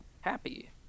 happy